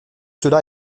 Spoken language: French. cela